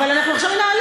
זה אישור מזכירות.